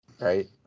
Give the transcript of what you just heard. right